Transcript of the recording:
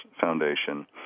Foundation